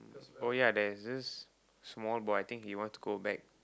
oh ya there is this small boy I think he want to go back